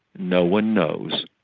no one knows.